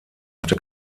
hatte